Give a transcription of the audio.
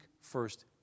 first